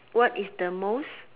what is the most